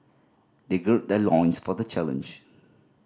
they gird their loins for the challenge